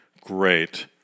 great